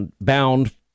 bound